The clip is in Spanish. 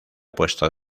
puesto